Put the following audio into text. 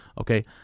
Okay